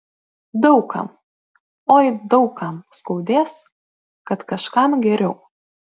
daug kam oi daug kam skaudės kad kažkam geriau